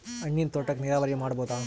ಹಣ್ಣಿನ್ ತೋಟಕ್ಕ ನೀರಾವರಿ ಮಾಡಬೋದ?